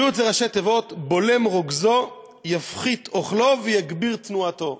בריאות זה ראשי תיבות: בולם רוגזו יפחית אוכלו ויגביר תנועתו.